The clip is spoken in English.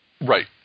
Right